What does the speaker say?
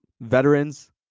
veterans